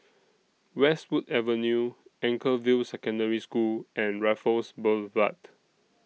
Westwood Avenue Anchorvale Secondary School and Raffles Boulevard